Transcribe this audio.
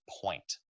point